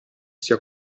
sia